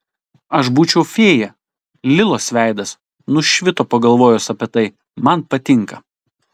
aš būčiau fėja lilos veidas nušvito pagalvojus apie tai man patinka